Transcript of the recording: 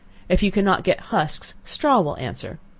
if you cannot get husks, straw will answer,